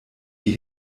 die